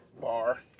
bar